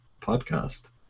podcast